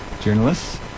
journalists